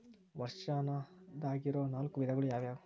ವರ್ಷಾಶನದಾಗಿರೊ ನಾಲ್ಕು ವಿಧಗಳು ಯಾವ್ಯಾವು?